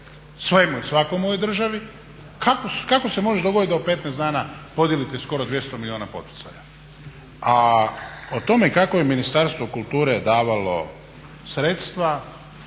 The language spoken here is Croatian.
lekcije, … svakom u ovoj državi. Kako se može dogoditi da u 15 dana podijelite skoro 200 milijuna poticaja? A o tome kako je Ministarstvo kulture davalo sredstva,